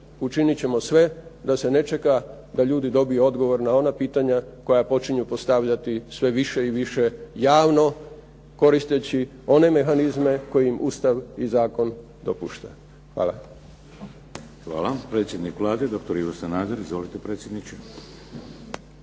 učinit ćemo sve da se ne čeka da ljudi dobiju odgovor na ona pitanja koja počinju postavljati sve više i više javno, koristeći one mehanizme koji ima Ustav i zakon dopušta. Hvala. **Šeks, Vladimir (HDZ)** Hvala. Predsjednik Vlade, doktor Ivo Sanader. Izvolite predsjedniče.